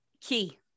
key